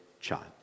child